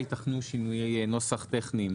וייתכנו שינויי נוסח טכניים,